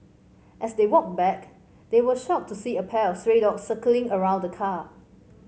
as they walked back they were shocked to see a pack of stray dogs circling around the car